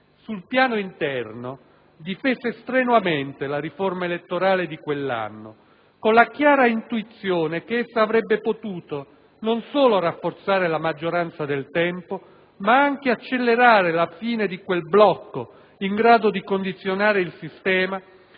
Sul piano interno, difese strenuamente la riforma elettorale di quell'anno, con la chiara intuizione che essa avrebbe potuto non solo rafforzare la maggioranza del tempo, ma anche accelerare la fine di quel blocco in grado di condizionare il sistema